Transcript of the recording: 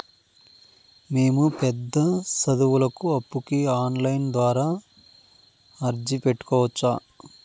మేము పెద్ద సదువులకు అప్పుకి ఆన్లైన్ ద్వారా అర్జీ పెట్టుకోవచ్చా?